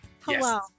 Hello